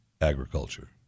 agriculture